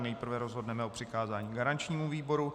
Nejprve rozhodneme o přikázání garančnímu výboru.